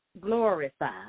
glorified